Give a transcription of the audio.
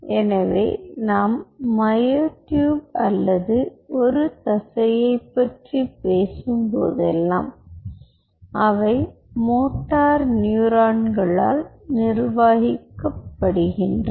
எனவே நாம் myotube அல்லது ஒரு தசையைப் பற்றி பேசும்போதெல்லாம் அவை மோட்டார் நியூரான்களால் நிர்வகிக்கப்படுகின்றன